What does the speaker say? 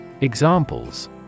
Examples